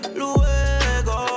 luego